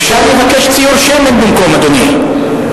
אפשר לבקש ציור שמן במקום, אדוני.